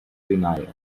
denial